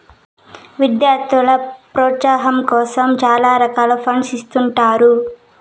విద్యార్థుల ప్రోత్సాహాం కోసం చాలా రకాల ఫండ్స్ ఇత్తుంటారు